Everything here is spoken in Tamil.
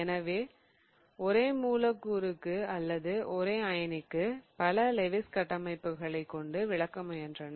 எனவே ஒரே மூலக்கூறுக்கு அல்லது ஒரே அயனிக்கு பல லெவிஸ் கட்டமைப்புகளைக் கொண்டு விளக்க முயன்றனர்